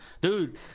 dude